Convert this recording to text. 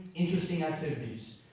interesting activities.